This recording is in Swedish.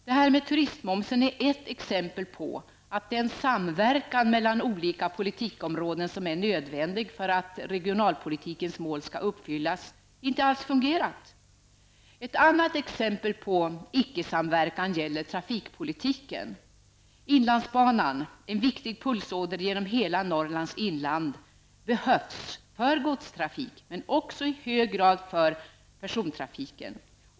Det här med turistmomsen är ett exempel på att den samverkan mellan olika politikområden som är nödvändig för att regionalpolitikens mål skall uppfyllas inte alls har fungerat. Ett annat exempel på ''icke-samverkan'' gäller trafikpolitiken. Inlandsbanan, en viktig pulsåder genom hela Norrlands inland, behövs för godstrafik men också i hög grad för persontrafiken.